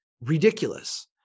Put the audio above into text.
ridiculous